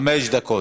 חמש דקות.